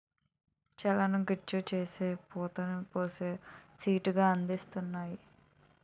చెట్లను గుజ్జు చేసి పోత పోసి సీట్లు గా అందిస్తున్నారు